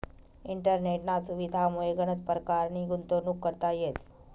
इंटरनेटना सुविधामुये गनच परकारनी गुंतवणूक करता येस